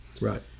Right